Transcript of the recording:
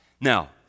Now